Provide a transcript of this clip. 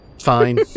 fine